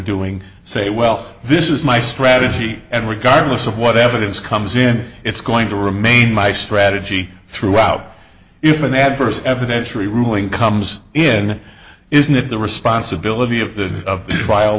doing say well for this is my strategy and regardless of what evidence comes in it's going to remain my strategy throughout if an adverse evidentiary ruling comes in isn't it the responsibility of the trial